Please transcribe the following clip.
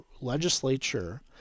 legislature